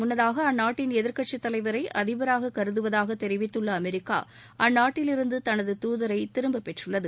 முன்னதாக அந்நாட்டின் எதிர்கட்சி தலைவரை அதிபராக கருதுவதாக தெரிவித்துள்ள அமெரிக்கா அந்நாட்டில் இருந்து தனது தூதரை திரும்ப பெற்றுள்ளது